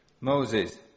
Moses